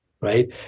right